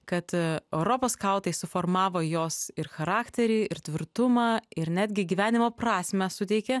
kad europos skautai suformavo jos ir charakterį ir tvirtumą ir netgi gyvenimo prasmę suteikia